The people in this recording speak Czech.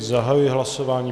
Zahajuji hlasování.